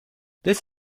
this